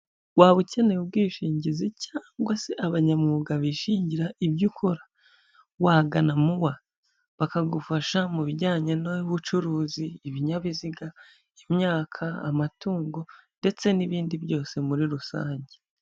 Waba ukeneye ubwishingizi cyangwa se abanyamwuga bishingira ibyo ukora? Wagana MUA bakagufasha mu bijyanye n'ubucuruzi, ibinyabiziga, imyaka, amatungo ndetse n'ibindi byose muri rusange.